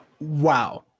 Wow